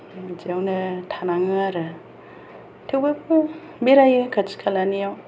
बिदियावनो थानाङो आरो थेवब्लाबो बेरायो खाथि खालानियाव